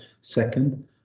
second